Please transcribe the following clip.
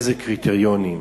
איזה קריטריונים,